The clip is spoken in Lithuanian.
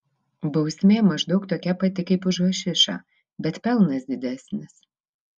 bausmė maždaug tokia pati kaip už hašišą bet pelnas didesnis